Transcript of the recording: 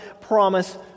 promise